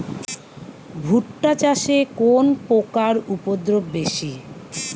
ভুট্টা চাষে কোন পোকার উপদ্রব বেশি?